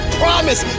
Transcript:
promise